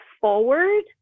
forward